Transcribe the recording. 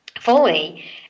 fully